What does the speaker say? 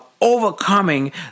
overcoming